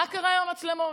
מה קרה עם המצלמות?